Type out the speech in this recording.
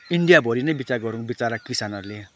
इन्डियाभरि नै विचार गरौँ विचरा किसानहरूले